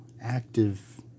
active